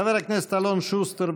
חבר הכנסת אלון שוסטר,